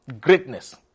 Greatness